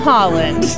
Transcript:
Holland